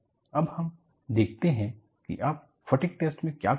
अब हम देखते हैं कि आप फटिग टेस्ट में क्या करते हैं